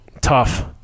tough